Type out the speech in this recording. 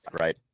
Right